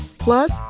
Plus